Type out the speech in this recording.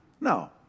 No